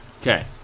okay